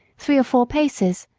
three or four paces,